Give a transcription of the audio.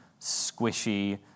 squishy